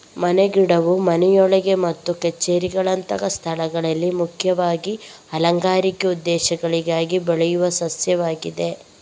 ಮನೆ ಗಿಡವು ಮನೆಯೊಳಗೆ ಮತ್ತು ಕಛೇರಿಗಳಂತಹ ಸ್ಥಳಗಳಲ್ಲಿ ಮುಖ್ಯವಾಗಿ ಅಲಂಕಾರಿಕ ಉದ್ದೇಶಗಳಿಗಾಗಿ ಬೆಳೆಯುವ ಸಸ್ಯವಾಗಿದೆ